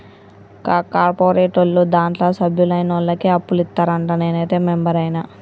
కా కార్పోరేటోళ్లు దాంట్ల సభ్యులైనోళ్లకే అప్పులిత్తరంట, నేనైతే మెంబరైన